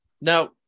Now